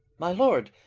my lord,